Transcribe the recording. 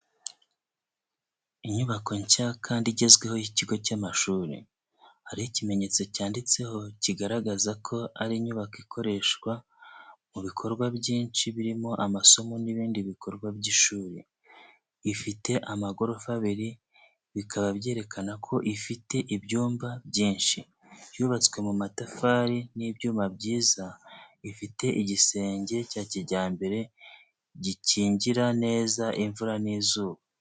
Inyubako nshya kandi igezweho y’ikigo cy’amashuri. Hariho ikimenyetso cyanditseho kigaragaza ko ari inyubako ikoreshwa mu bikorwa byinshi birimo amasomo n'ibindi bikorwa by'ishuri. Ifite amagorofa abiri bikaba byerekana ko ifite ibyumba byinshi. Yubatswe mu matafari n’ibyuma byiza ifite igisenge cya kijyambere gikingira neza imvura n’izuba.